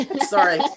Sorry